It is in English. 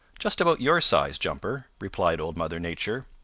just about your size, jumper, replied old mother nature.